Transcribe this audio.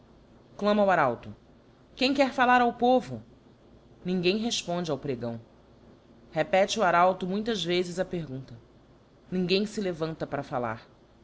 clama o arauto cquem quer fallar ao povo ninguém refponde ao pregão repete o arauto muitas vezes a pergunta ninguém fe levanta para fallar